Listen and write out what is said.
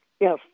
Yes